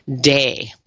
day